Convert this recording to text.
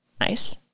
Nice